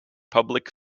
public